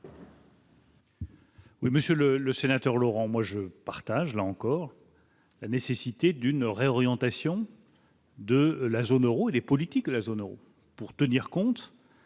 Oui, Monsieur le, le sénateur Laurent moi je partage là encore la nécessité d'une réorientation. De la zone Euro et les politiques de la zone Euro pour tenir compte.